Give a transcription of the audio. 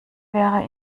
wäre